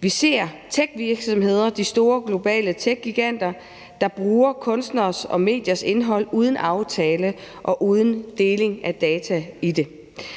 Vi ser techvirksomheder, de store globale techgiganter, der bruger kunstneres og mediers indhold uden aftale og uden deling af data i det.